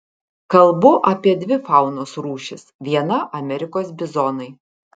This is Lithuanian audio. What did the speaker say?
kalbu apie dvi faunos rūšis viena amerikos bizonai